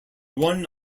one